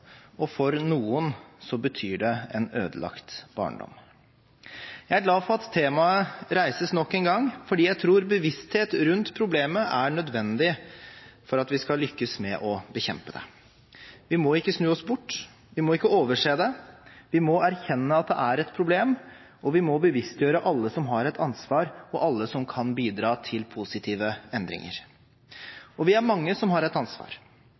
og for noen betyr det en ødelagt barndom. Jeg er glad for at temaet reises nok en gang, fordi jeg tror bevissthet rundt problemet er nødvendig for at vi skal lykkes med å bekjempe det. Vi må ikke snu oss bort, vi må ikke overse det, vi må erkjenne at det er et problem, og vi må bevisstgjøre alle som har et ansvar, og alle som kan bidra til positive endringer. Og vi er mange som har et ansvar. Jeg har et ansvar som far, lærerne har et ansvar,